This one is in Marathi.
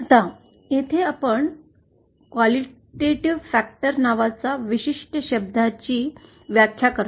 आता येथे आपण गुणात्मक घटक नावाच्या विशिष्ट शब्दाची व्याख्या करतो